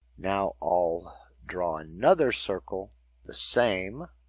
now i'll draw another circle the same